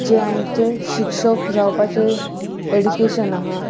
जे आमचें शिक्षक जावपाचें एड्युकेशन आसा